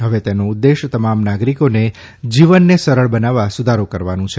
હવે તેનો ઉદ્દેશ્ય તમામ નાગરીકોને જીવનને સરળ બનાવવા સુધારો કરવાનું છે